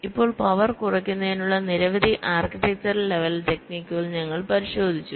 ഇപ്പോൾപവർ കുറയ്ക്കുന്നതിനുള്ള നിരവധി architecture level ടെക്നിക്കുകൾ ഞങ്ങൾ പരിശോധിച്ചു